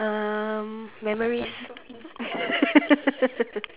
um memories